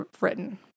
written